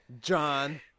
John